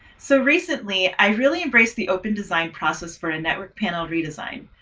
so recently, i really embraced the open design process for a network panel redesign.